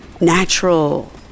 natural